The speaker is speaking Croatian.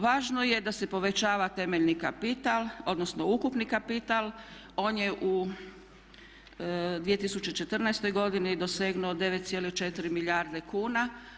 Važno je da se povećava temeljni kapital, odnosno ukupni kapital, on je u 2014. godini dosegnuo 9,4 milijarde kuna.